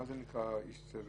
מה זה נקרא איש צוות?